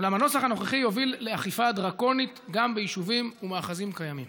אולם הנוסח הנוכחי יוביל לאכיפה דרקונית גם ביישובים ובמאחזים קיימים.